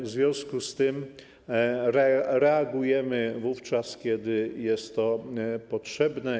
W związku z tym reagujemy wówczas, kiedy jest to potrzebne.